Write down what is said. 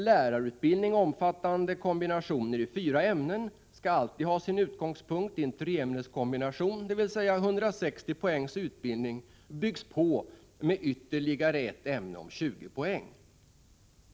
Lärarutbildning omfattande kombinationer i fyra ämnen skall alltid ha sin utgångspunkt i en treämneskombination, dvs. 160 poängs utbildning byggs på med ytterligare ett ämne om 20 poäng.